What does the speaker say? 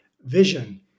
vision